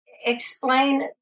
explain